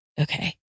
okay